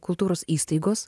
kultūros įstaigos